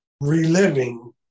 Reliving